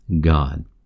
God